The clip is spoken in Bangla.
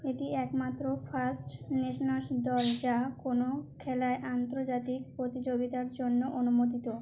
এটি একমাত্র ফার্স্ট নেশনস দল যা কোনো খেলায় আন্তর্জাতিক প্রতিযোগিতার জন্য অনুমোদিত